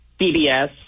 CBS